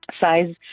Size